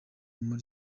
muri